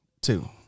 Two